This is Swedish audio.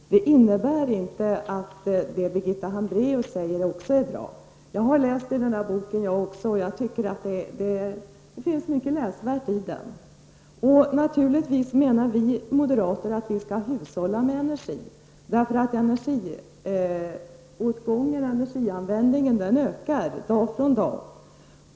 Fru talman! Att behålla kärnkraften i Sverige innebär inte att det som Birgitta Hambraeus säger inte är bra. Jag har läst boken och det finns mycket läsvärt i den. Vi moderater anser naturligtvis att man skall hushålla med energi. Energianvändningen ökar dag för dag.